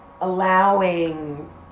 allowing